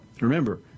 remember